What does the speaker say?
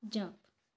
jump